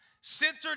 centered